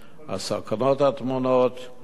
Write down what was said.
הסכנות הטמונות בה,